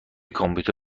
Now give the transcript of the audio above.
کامپیوتر